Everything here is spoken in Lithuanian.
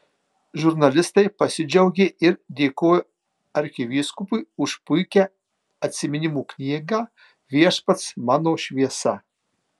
žurnalistai pasidžiaugė ir dėkojo arkivyskupui už puikią atsiminimų knygą viešpats mano šviesa